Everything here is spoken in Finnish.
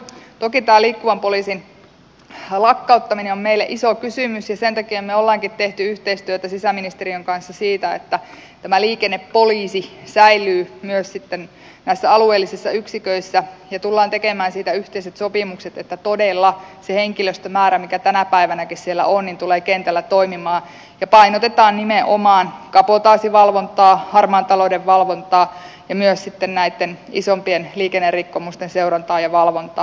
toki tämä liikkuvan poliisin lakkauttaminen on meille iso kysymys ja sen takia me olemmekin tehneet yhteistyötä sisäministeriön kanssa siinä että tämä liikennepoliisi säilyy myös sitten näissä alueellisissa yksiköissä ja tullaan tekemään siitä yhteiset sopimukset että todella se henkilöstömäärä mikä tänä päivänäkin siellä on tulee kentällä toimimaan ja painotetaan nimenomaan kabotaasivalvontaa harmaan talouden valvontaa ja myös sitten näitten isompien liikennerikkomusten seurantaa ja valvontaa